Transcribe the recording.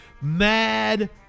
Mad